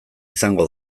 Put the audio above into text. izango